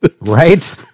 Right